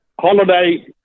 holiday